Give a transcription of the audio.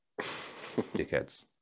Dickheads